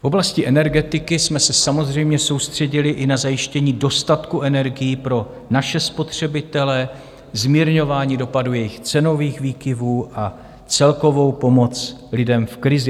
V oblasti energetiky jsme se samozřejmě soustředili i na zajištění dostatku energií pro naše spotřebitele, zmírňování dopadů jejich cenových výkyvů a celkovou pomoc lidem v krizi.